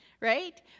right